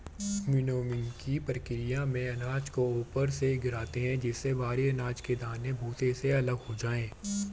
विनोविंगकी प्रकिया में अनाज को ऊपर से गिराते है जिससे भरी अनाज के दाने भूसे से अलग हो जाए